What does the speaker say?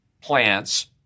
plants